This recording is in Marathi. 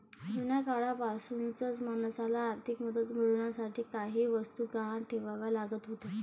जुन्या काळापासूनच माणसाला आर्थिक मदत मिळवण्यासाठी काही वस्तू गहाण ठेवाव्या लागत होत्या